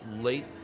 late